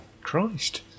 Christ